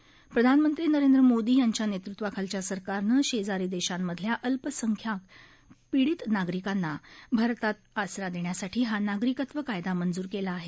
पंतप्रधान नरेंद्र मोदी यांच्या नेतृत्वाखालच्या सरकारनं शेजारी देशांमधल्या अल्पसंख्याक पीडित नागरिकांना भारतात आसरा देण्यासाठी हा नागरिकत्व कायदा मंजूर केला आहे